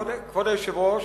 כבוד היושב-ראש,